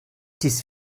dies